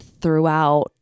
throughout